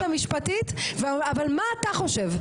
אבל ככה זה מקובל,